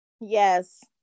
yes